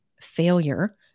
failure